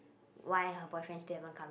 why her boyfriend still haven't come